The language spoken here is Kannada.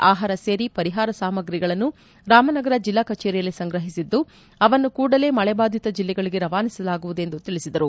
ಆಹಾರ ಸೇರಿ ಪರಿಹಾರ ಸಾಮಾಗ್ರಿಗಳನ್ನು ರಾಮನಗರ ಜಿಲ್ಲಾ ಕಚೇರಿಯಲ್ಲಿ ಸಂಗ್ರಹಿಸಿದ್ದು ಅವನ್ನು ಕೂಡಲೇ ಮಳೆ ಬಾದಿತ ಜಿಲ್ಲೆಗಳಿಗೆ ರವಾನಿಸಲಾಗುವುದು ಎಂದು ತಿಳಿಸಿದರು